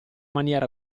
maniera